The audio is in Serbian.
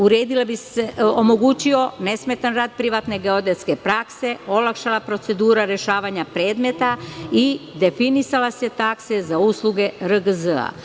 Omogućio bi se nesmetan rad privatne geodetske prakse, olakšala procedura olakšavanja predmeta i definisale bi se takse za usluge RGZ.